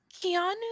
Keanu